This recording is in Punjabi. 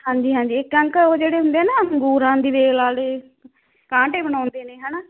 ਹਾਂਜੀ ਹਾਂਜੀ ਇੱਕ ਅੰਕਲ ਉਹ ਜਿਹੜੇ ਹੁੰਦੇ ਆ ਨਾ ਅੰਗੂਰਾਂ ਦੀ ਵੇਲ ਵਾਲੇ ਕਾਂਟੇ ਬਣਾਉਂਦੇ ਨੇ ਹੈਨਾ